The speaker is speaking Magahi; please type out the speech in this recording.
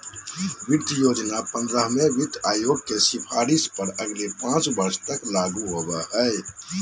वित्त योजना पंद्रहवें वित्त आयोग के सिफारिश पर अगले पाँच वर्ष तक लागू होबो हइ